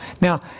Now